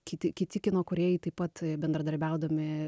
kiti kiti kino kūrėjai taip pat bendradarbiaudami